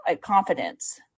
confidence